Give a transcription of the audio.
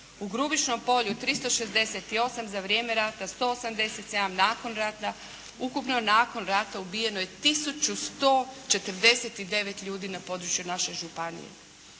U Grubišnom polju 368 za vrijeme rata, 187 nakon rata. Ukupno nakon rata ubijeno je 1149 ljudi na području naše županije.